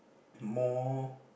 more